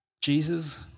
Jesus